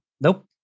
nope